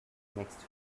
next